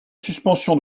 suspension